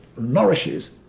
nourishes